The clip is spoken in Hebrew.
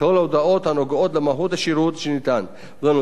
הנוגעות למהות השירות שניתן ולנותן השירות.